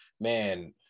man